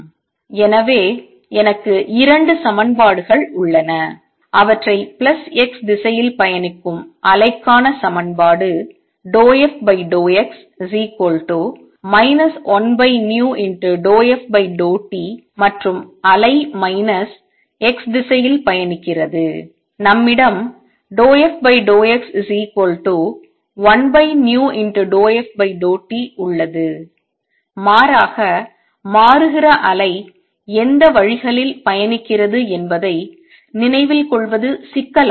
எனவே எனக்கு இரண்டு சமன்பாடுகள் உள்ளன அவற்றை பிளஸ் x திசையில் பயணிக்கும் அலைக்கான சமன்பாடு ∂f∂x 1v∂ftமற்றும் அலை மைனஸ் x திசையில் பயணிக்கிறது நம்மிடம் ∂f∂x1v∂f∂t உள்ளது மாறாக மாறுகிற அலை எந்த வழிகளில் பயணிக்கிறது என்பதை நினைவில் கொள்வது சிக்கலானது